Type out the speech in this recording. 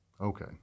okay